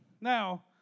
Now